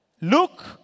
Look